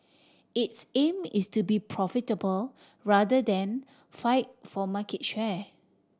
its aim is to be profitable rather than fight for market share